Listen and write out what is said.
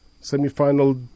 semi-final